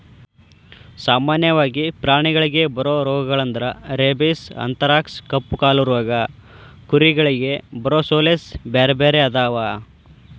ಸಾಮನ್ಯವಾಗಿ ಪ್ರಾಣಿಗಳಿಗೆ ಬರೋ ರೋಗಗಳಂದ್ರ ರೇಬಿಸ್, ಅಂಥರಾಕ್ಸ್ ಕಪ್ಪುಕಾಲು ರೋಗ ಕುರಿಗಳಿಗೆ ಬರೊಸೋಲೇಸ್ ಬ್ಯಾರ್ಬ್ಯಾರೇ ಅದಾವ